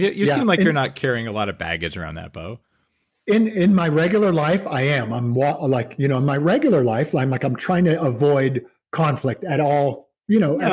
you seem like you're not carrying a lot of baggage around that, bo in in my regular life i am. i'm like you know and my regular life i'm like i'm trying to avoid conflict at all you know yeah